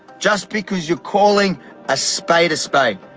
just because you're calling a spade a spade.